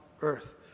earth